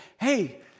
hey